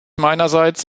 meinerseits